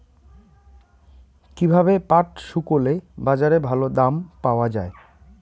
কীভাবে পাট শুকোলে বাজারে ভালো দাম পাওয়া য়ায়?